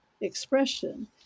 expression